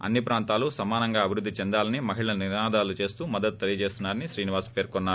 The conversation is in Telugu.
అన్ని ప్రాంతాలు సమానంగా అభివృద్ది చెందాలని మహిళలు నినాదాలు చేస్తూ మద్గతు తెలియజేస్తున్నా రని శ్రీనివాస్ పేర్కొన్నారు